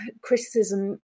criticism